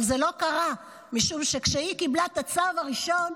אבל זה לא קרה, משום שכשהיא קיבלה את הצו הראשון,